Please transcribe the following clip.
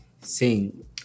sing